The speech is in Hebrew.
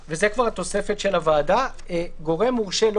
32יא. (א)ראה גורם מורשה,